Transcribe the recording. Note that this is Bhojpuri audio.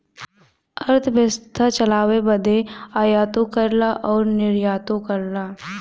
अरथबेवसथा चलाए बदे आयातो करला अउर निर्यातो करला